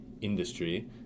industry